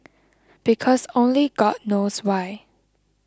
because only god knows why